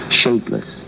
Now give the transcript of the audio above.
shapeless